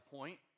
Point